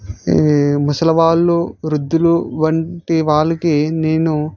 ఈ ముసలివాళ్ళు వృద్ధులు వంటి వాళ్ళకి నేను